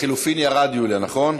לחלופין, ירד, נכון?